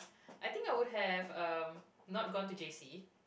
I think I would have um not gone to J_C